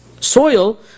Soil